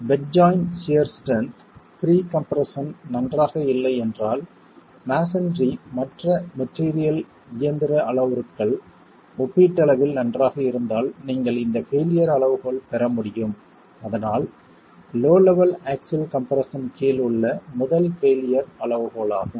bed joint shear strength pre compression நன்றாக இல்லை என்றால் மஸோன்றி மற்ற மெட்டீரியல் இயந்திர அளவுருக்கள் ஒப்பீட்டளவில் நன்றாக இருந்தால் நீங்கள் இந்த பெயிலியர் அளவுகோல் பெற முடியும் அதனால் லோ லெவல் ஆக்ஸில் கம்ப்ரெஸ்ஸன் கீழ் உள்ள முதல் பெயிலியர் அளவுகோலாகும்